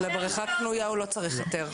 בריכה קנויה לא צריכה היתר.